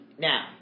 Now